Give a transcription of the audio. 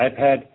iPad